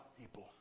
people